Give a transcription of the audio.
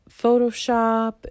Photoshop